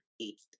eight